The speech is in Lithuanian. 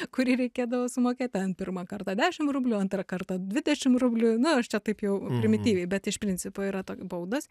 kurį reikėdavo sumokėt ten pirmą kartą dešim rublių antrą kartą dvidešim rublių na aš čia taip jau primityviai bet iš principo yra to baudos